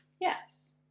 Yes